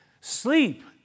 Sleep